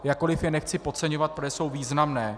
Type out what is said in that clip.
Jakkoliv je nechci podceňovat, protože jsou významné.